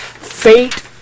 Fate